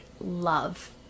love